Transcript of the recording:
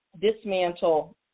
dismantle